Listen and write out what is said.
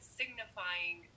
signifying